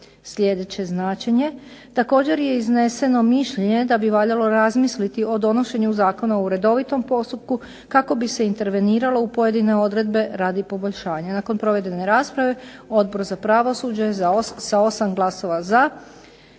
sljedeće značenje. Također je izneseno mišljenje da bi valjalo razmisliti o donošenju zakona u redovitom postupku kako bi se interveniralo u pojedine odredbe radi poboljšanja. Nakon provedene rasprave Odbor za pravosuđe je sa 8 glasova za